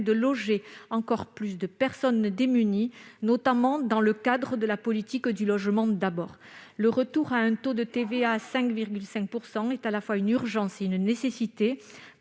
de loger encore plus de personnes démunies, notamment dans le cadre du plan Logement d'abord. Le retour à un taux de TVA à 5,5 % est à la fois une urgence et une nécessité